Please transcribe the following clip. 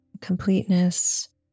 completeness